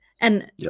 And-